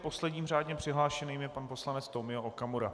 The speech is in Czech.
Posledním řádně přihlášeným je pan poslanec Tomio Okamura.